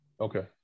Okay